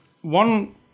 one